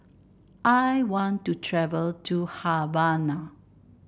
I want to travel to Havana